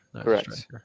Correct